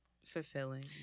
fulfilling